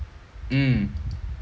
mm